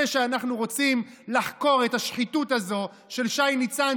שאנחנו רוצים לחקור את השחיתות הזאת של שי ניצן,